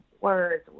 words